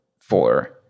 four